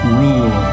rule